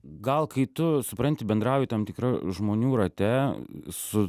gal kai tu supranti bendrauji tam tikra žmonių rate su